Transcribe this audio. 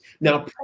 Now